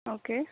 okay